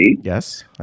Yes